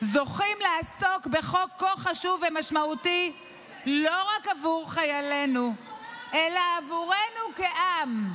זוכים לעסוק בחוק כה חשוב ומשמעותי לא רק עבור חיילינו אלא עבורנו כעם.